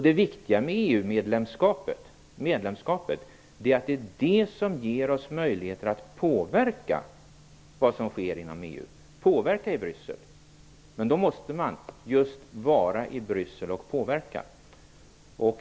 Det viktiga med medlemskapet är att det ger oss möjligheter att påverka i Bryssel vad som sker inom EU. Då måste man just vara i Bryssel och påverka.